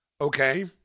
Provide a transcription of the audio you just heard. Okay